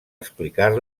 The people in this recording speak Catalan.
explicar